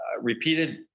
repeated